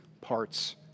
parts